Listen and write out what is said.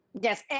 Yes